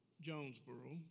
Jonesboro